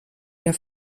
der